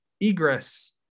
egress